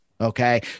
Okay